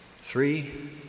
Three